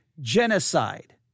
genocide